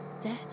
dead